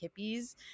hippies